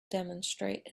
demonstrate